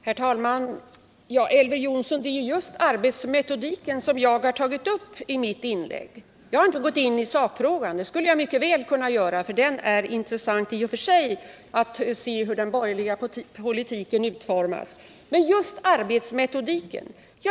Herr talman! Det är just arbetsmetodiken, Elver Jonsson, som jag har tagit upp i mitt inlägg. Jag har inte gått in på sakfrågan. Det skulle jag mycket väl ha kunnat göra, eftersom det i och för sig är intressant att se hur den borgerliga politiken utformas. Men just arbetsmetodiken!